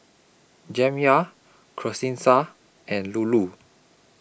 Jamya Charissa and Lulu